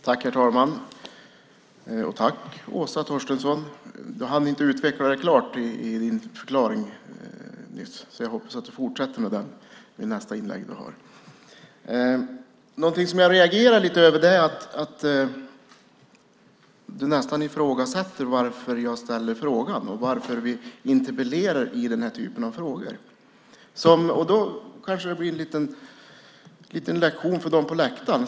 Herr talman! Åsa Torstensson hann inte med hela sin förklaring. Jag hoppas därför att hon fortsätter med den i sitt nästa inlägg. Någonting som jag reagerar över är att Åsa Torstensson nästan ifrågasätter att jag ställer frågan och att vi interpellerar i denna typ av frågor. Då kanske detta blir en liten lektion för dem som sitter på läktaren.